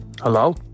Hello